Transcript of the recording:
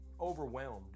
overwhelmed